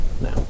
Now